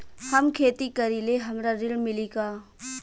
हम खेती करीले हमरा ऋण मिली का?